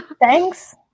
Thanks